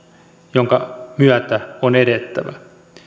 jonka myötä on edettävä